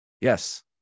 Yes